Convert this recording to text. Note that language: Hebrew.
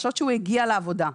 השעות שהוא הגיע לעבודה.